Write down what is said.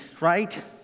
right